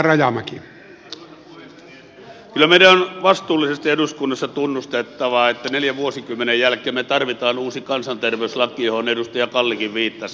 kyllä meidän on vastuullisesti eduskunnassa tunnustettava että neljän vuosikymmenen jälkeen me tarvitsemme uuden kansanterveyslain mihin edustaja kallikin viittasi